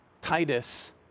Titus